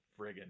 friggin